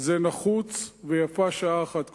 זה נחוץ, ויפה שעה אחת קודם.